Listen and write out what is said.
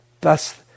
thus